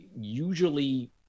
usually